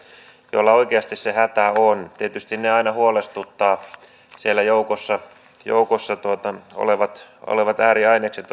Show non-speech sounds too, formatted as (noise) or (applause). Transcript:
joilla oikeasti se hätä on tietysti aina huolestuttavat siellä joukossa joukossa olevat olevat ääriainekset (unintelligible)